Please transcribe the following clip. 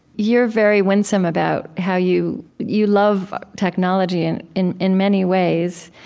you're very winsome about how you you love technology and in in many ways,